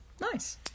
nice